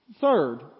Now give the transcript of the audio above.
Third